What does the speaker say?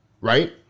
Right